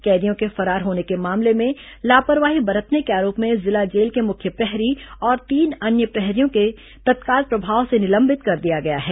कैदियों के फरार होने के मामले में लापरवाही बरतने के आरोप में जिला जेल के मुख्य प्रहरी और तीन अन्य प्रहरियों को तत्काल प्रभाव से निलंबित कर दिया गया है